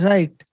Right